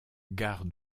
gare